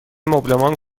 مبلمان